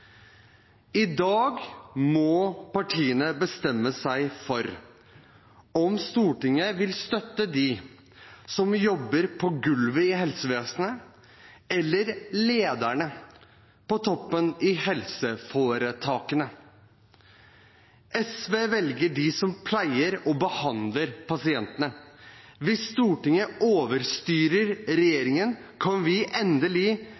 I dag må partiene bestemme seg for om Stortinget vil støtte dem som jobber på gulvet i helsevesenet, eller lederne på toppen i helseforetakene. SV velger dem som pleier og behandler pasientene. Hvis Stortinget overstyrer regjeringen, kan vi endelig